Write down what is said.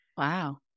Wow